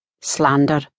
Slander